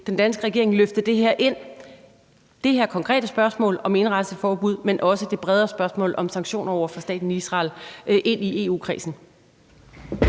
den danske regering løfte det her konkrete spørgsmål om indrejseforbud, men også det bredere spørgsmål om sanktioner over for staten Israel, ind i EU-kredsen?